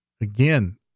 again